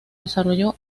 desarrolló